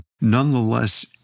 Nonetheless